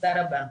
תודה רבה.